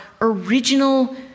original